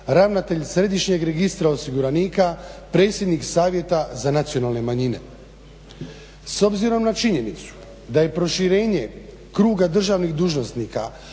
ravnatelja Središnje registra osiguranika, predsjednik savjeta za nacionalne manjine. S obzirom na činjenicu da je proširenje kruga državnih dužnosnika,